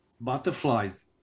butterflies